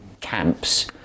camps